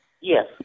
Yes